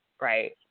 Right